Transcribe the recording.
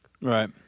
Right